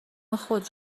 خود